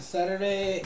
Saturday